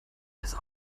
ist